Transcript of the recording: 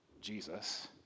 Jesus